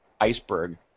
iceberg